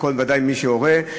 ודאי לכל הורה,